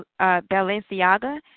Balenciaga